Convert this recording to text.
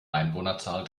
einwohnerzahl